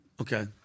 Okay